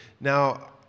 Now